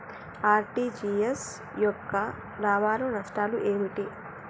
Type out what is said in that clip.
RTGS యొక్క లాభాలు నష్టాలు ఏమిటి?